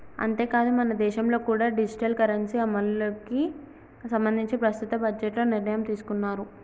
అంతేకాదు మనదేశంలో కూడా డిజిటల్ కరెన్సీ అమలుకి సంబంధించి ప్రస్తుత బడ్జెట్లో నిర్ణయం తీసుకున్నారు